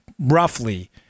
roughly